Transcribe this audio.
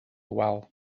wal